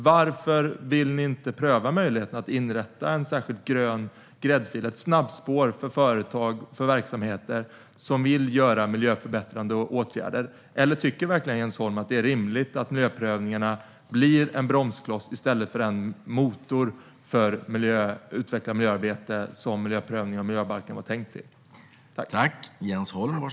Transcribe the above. Varför vill ni inte pröva möjligheten att inrätta en särskild grön gräddfil, ett snabbspår för företag och verksamheter som vill göra miljöförbättrande åtgärder? Tycker verkligen Jens Holm att det är rimligt att miljöprövningarna blir en bromskloss i stället för den motor för att utveckla miljöarbetet som miljöprövningarna och miljöbalken var tänkta att vara?